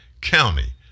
County